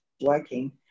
working